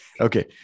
okay